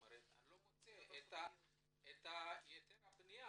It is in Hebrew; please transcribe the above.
הם אומרים שהם לא מוצאים את היתר הבניה